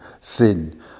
sin